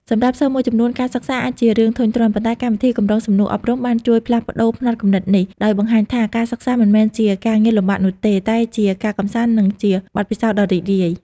សម្រាប់សិស្សមួយចំនួន ការសិក្សាអាចជារឿងធុញទ្រាន់ ប៉ុន្តែកម្មវិធីកម្រងសំណួរអប់រំបានជួយផ្លាស់ប្តូរផ្នត់គំនិតនេះ ដោយបង្ហាញថាការសិក្សាមិនមែនជាការងារលំបាកនោះទេ តែជាការកម្សាន្ត និងជាបទពិសោធន៍ដ៏រីករាយ។